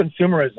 consumerism